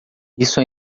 isso